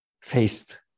faced